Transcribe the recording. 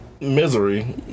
misery